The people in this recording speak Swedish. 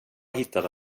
hittade